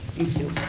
thank you.